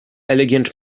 elegant